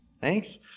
Thanks